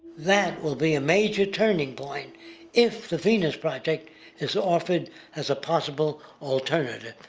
that will be a major turning point if the venus project is offered as a possible alternative.